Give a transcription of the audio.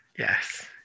Yes